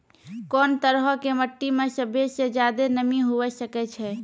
कोन तरहो के मट्टी मे सभ्भे से ज्यादे नमी हुये सकै छै?